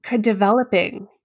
Developing